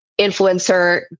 influencer